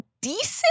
decent